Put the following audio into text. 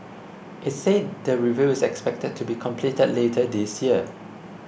it said the review is expected to be completed later this year